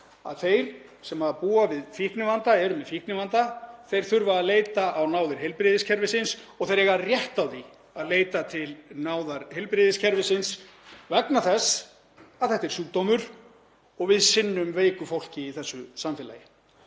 að þeir sem búa við fíknivanda, eru með fíknivanda þurfa að leita á náðir heilbrigðiskerfisins og þeir eiga rétt á því að leita á náðir heilbrigðiskerfisins vegna þess að þetta er sjúkdómur og við sinnum veiku fólki í þessu samfélagi.